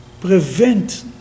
prevent